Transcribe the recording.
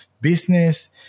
business